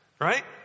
right